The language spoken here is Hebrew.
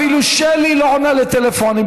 אפילו שלי לא עונה לטלפונים,